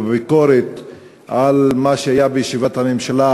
בביקורת על מה שהיה בישיבת הממשלה,